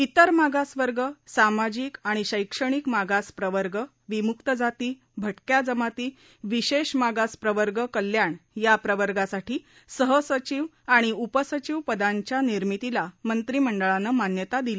इतर मागासवर्ग सामाजिक आणि शैक्षणिक मागासप्रवर्ग विमुक जाती भटक्या जमाती विशेष मागासप्रवर्ग कल्याण या प्रवर्गासाठी सहसचिव आणि उपसचिव पदांच्या निर्मितीला मंत्रिमंडळाने मान्यता दिली